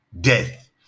death